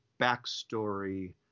backstory